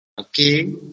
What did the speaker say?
Okay